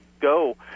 go